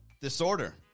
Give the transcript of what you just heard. disorder